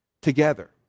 together